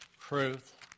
truth